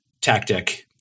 tactic